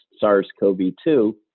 SARS-CoV-2